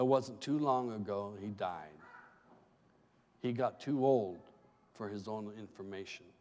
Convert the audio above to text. it wasn't too long ago he died he got too old for his own information